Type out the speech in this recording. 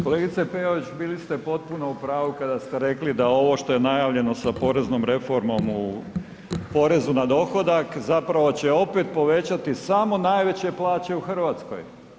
Kolegice Peović bili ste potpuno u pravu kada ste rekli da ovo što je najavljeno sa poreznom reformom u porezu na dohodak zapravo će opet povećati samo najveće plaće u Hrvatskoj.